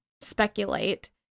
speculate